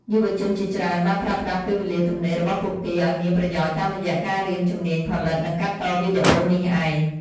យុវជនជាច្រើនបានប្រើប្រាស់ពេលវេលាទំនេររបស់ពួកគេឱ្យមានប្រយោជន៍តាមរយៈការរៀនជំនាញផលិត និងកាត់តវីដេអូនេះឯង។